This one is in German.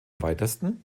weitesten